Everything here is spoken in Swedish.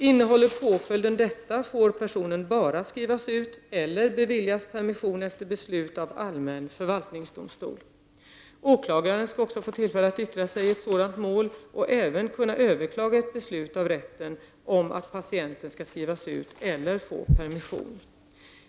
Innehåller påföljden detta, får personen bara skrivas ut eller beviljas permission efter beslut av allmän förvaltningsdomstol. Åklagaren skall också få tillfälle att yttra sig i ett sådant mål och även kunna överklaga ett beslut av rätten om att patienten skall skrivas ut eller få permission.